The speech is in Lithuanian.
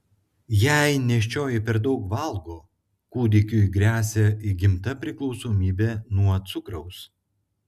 jei nėščioji per daug valgo kūdikiui gresia įgimta priklausomybė nuo cukraus